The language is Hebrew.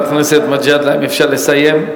חבר הכנסת מג'אדלה, אפשר לסיים?